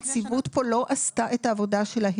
הנציבות פה לא עשתה את העבודה שלה,